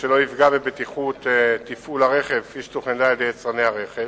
שלא יפגע בבטיחות תפעול הרכב כפי שתוכננה על-ידי יצרני הרכב.